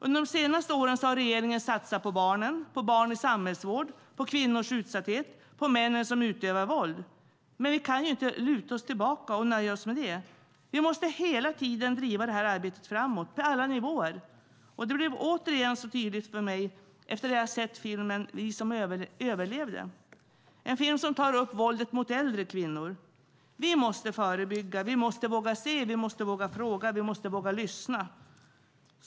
Under de senaste åren har regeringen satsat på barnen, på barn i samhällsvård, på kvinnors utsatthet och på männen som utövar våld. Men vi kan inte luta oss tillbaka och nöja oss med det. Vi måste hela tiden driva detta arbete framåt, på alla nivåer. Det blev återigen tydligt för mig efter det att jag såg filmen Vi som överlevde - en film som tar upp våldet mot äldre kvinnor. Vi måste förebygga, vi måste våga se, vi måste våga fråga och vi måste våga lyssna.